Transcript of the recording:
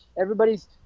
everybody's